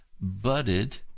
budded